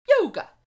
yoga